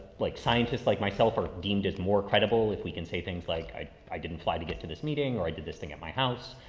like scientists like myself are deemed as more credible if we can say things like, i, i didn't fly to get to this meeting or i did this thing at my house.